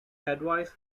advice